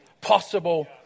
possible